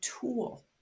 tool